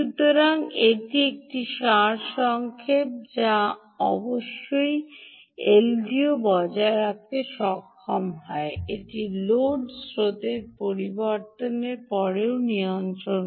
সুতরাং এটি একটি বড় সারসংক্ষেপ যা সত্যই এলডিও বজায় রাখতে সক্ষম হয় এটি লোড স্রোত পরিবর্তনের পরেও নিয়ন্ত্রণ